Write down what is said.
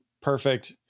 Perfect